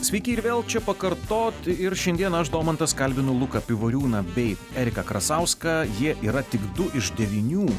sveiki ir vėl čia pakartot ir šiandien aš domantas kalbinu luką pivoriūną bei eriką krasauską jie yra tik du iš devynių